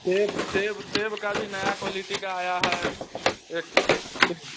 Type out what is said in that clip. सेब सेब सेब का भी नया क्वालिटी का आया है एक सेब